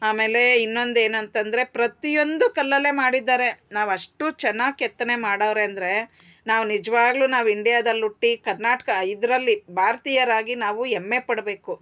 ಆಮೇಲೇ ಇನ್ನೊಂದೇನಂತಂದರೆ ಪ್ರತಿಯೊಂದು ಕಲ್ಲಲ್ಲೇ ಮಾಡಿದ್ದಾರೆ ನಾವು ಅಷ್ಟು ಚೆನ್ನಾಗ್ ಕೆತ್ತನೆ ಮಾಡವರೆ ಅಂದರೆ ನಾವು ನಿಜವಾಗ್ಲೂ ನಾವು ಇಂಡ್ಯಾದಲ್ಲಿ ಹುಟ್ಟಿ ಕರ್ನಾಟಕ ಇದರಲ್ಲಿ ಭಾರ್ತೀಯರಾಗಿ ನಾವು ಹೆಮ್ಮೆ ಪಡಬೇಕು